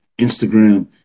Instagram